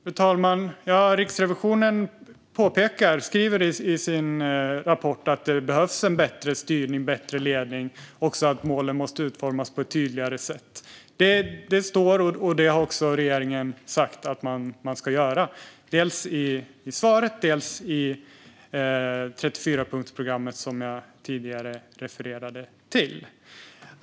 Fru talman! Ja, Riksrevisionen skriver i sin rapport att det behövs bättre styrning och bättre ledning och att målen måste utformas på ett tydligare sätt. Regeringen har också sagt att man ska göra detta - dels i svaret, dels i 34-punktsprogrammet, som jag tidigare refererade till.